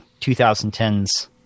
2010s